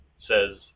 says